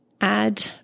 add